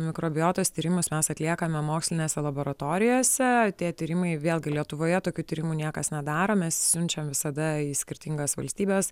mikrobiotos tyrimus mes atliekame mokslinėse laboratorijose tie tyrimai vėlgi lietuvoje tokių tyrimų niekas nedaro mes siunčiam visada į skirtingas valstybes